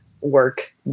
work